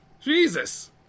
Jesus